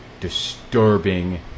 disturbing